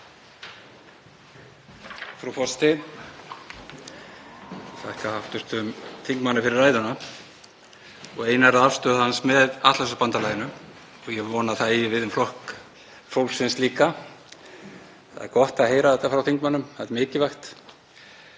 Það er gott að heyra þetta frá þingmönnum, það er mikilvægt.